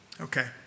Okay